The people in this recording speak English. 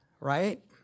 Right